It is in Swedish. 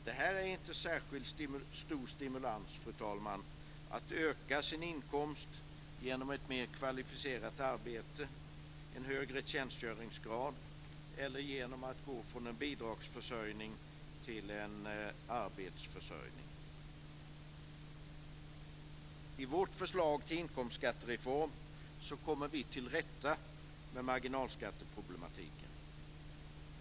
Det här ger inte särskilt stor stimulans, fru talman, till att öka sin inkomst genom ett mer kvalificerat arbete, en högre tjänstgöringsgrad eller genom att gå från en bidragsförsörjning till en arbetsförsörjning. I vårt förslag till inkomstskattereform kommer vi till rätta med marginalskatteproblematiken.